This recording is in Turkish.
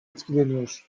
etkileniyor